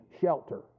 shelter